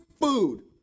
food